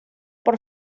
por